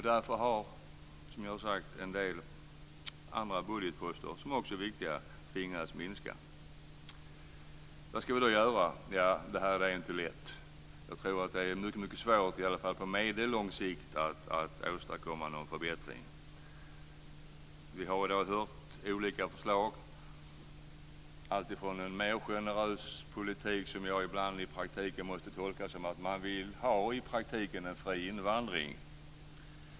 Därför har man, som jag har sagt, tvingats att minska en del andra budgetposter som också är viktiga. Vad ska vi då göra? Ja, det här är inte lätt. Jag tror att det är mycket svårt, i alla fall på medellång sikt, att åstadkomma någon förbättring. Vi har i dag hört olika förslag, alltifrån om en mer generös politik, som jag ibland måste tolka som att man i praktiken vill ha en fri invandring.